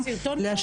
אין לכם סרטון פה?